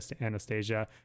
Anastasia